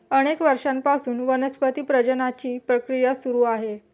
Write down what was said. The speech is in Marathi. अनेक वर्षांपासून वनस्पती प्रजननाची प्रक्रिया सुरू आहे